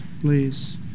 please